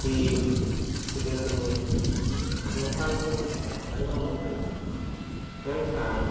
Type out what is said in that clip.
ᱥᱤᱵᱽ ᱥᱤᱫᱟᱹ ᱠᱟᱹᱱᱦᱩ ᱱᱚᱝᱠᱟᱱᱠᱚ ᱟᱭᱢᱟ ᱢᱩᱴᱷᱟᱹᱱ ᱢᱮᱱᱠᱷᱟᱱ